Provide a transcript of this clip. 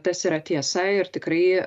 tas yra tiesa ir tikrai